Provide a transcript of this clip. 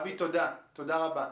תודה רבה.